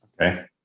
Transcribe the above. Okay